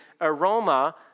aroma